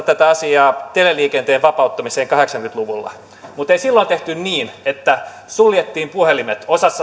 tätä asiaa on verrattu teleliikenteen vapauttamiseen kahdeksankymmentä luvulla mutta ei silloin tehty niin että suljettiin puhelimet osassa